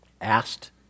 Asked